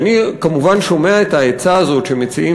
אני כמובן שומע את העצה הזאת שמציעים